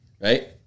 right